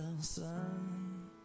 sun